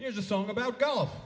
here's a song about golf